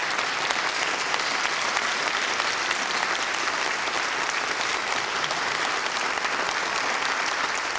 for